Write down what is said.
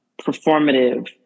performative